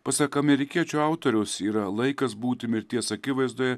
pasak amerikiečių autoriaus yra laikas būti mirties akivaizdoje